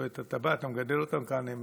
אתה בא, אתה מגדל אותם כאן, הם